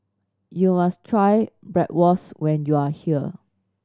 you must try Bratwurst when you are here